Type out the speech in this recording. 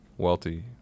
Wealthy